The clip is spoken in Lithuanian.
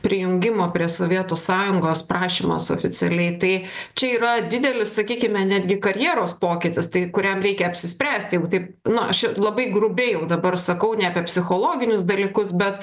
prijungimo prie sovietų sąjungos prašymas oficialiai tai čia yra didelis sakykime netgi karjeros pokytis tai kuriam reikia apsispręsti jeigu taip nu aš labai grubiai jau dabar sakau ne apie psichologinius dalykus bet